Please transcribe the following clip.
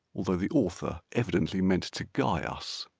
although the author evidently meant to guy us.